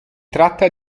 tratta